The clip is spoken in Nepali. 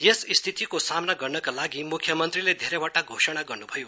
यस स्थिति को सामना गर्नका लागि मुख्यमन्त्रीले धेरैवटा घोषणा गर्नुभयो